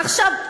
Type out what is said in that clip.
עכשיו,